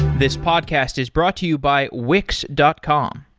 this podcast is brought to you by wix dot com.